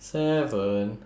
seven